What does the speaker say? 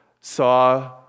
saw